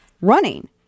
running